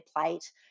plate